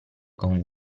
con